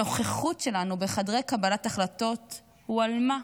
הנוכחות שלנו בחדרי קבלת החלטות הועלמה.